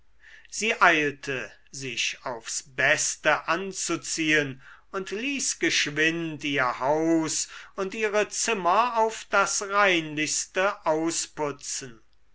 sie eilte sich aufs beste anzuziehen und ließ geschwind ihr haus und ihre zimmer auf das reinlichste ausputzen